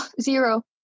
Zero